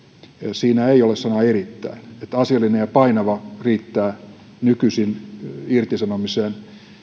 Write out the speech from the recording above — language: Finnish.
siinä ei ole sanaa erittäin asiallinen ja painava riittää nykyisin irtisanomiseen